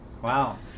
Wow